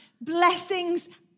blessings